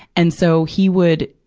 and so, he would,